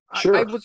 sure